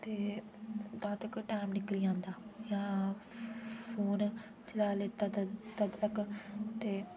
ते तां तक्कर टैम निकली जांदा जां फ़ोन चला लैता ते तद तक ते